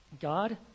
god